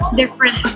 different